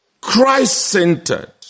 Christ-centered